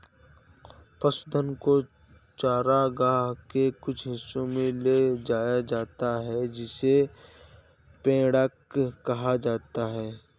पशुधन को चरागाह के कुछ हिस्सों में ले जाया जाता है जिसे पैडॉक कहा जाता है